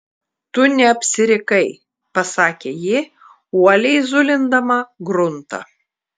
tu neapsirikai pasakė ji uoliai zulindama gruntą